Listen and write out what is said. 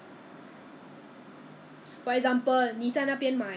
I don't know how much they are selling in Taiwan but here is !wah! definitely more expensive much